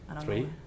Three